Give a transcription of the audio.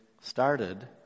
started